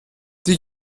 die